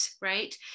right